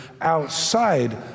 outside